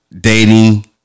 dating